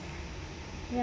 ya